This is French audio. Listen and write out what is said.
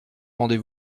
rendez